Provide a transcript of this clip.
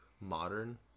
modern